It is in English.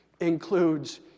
includes